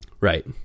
Right